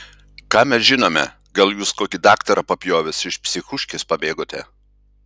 ką mes žinome gal jūs kokį daktarą papjovęs iš psichuškės pabėgote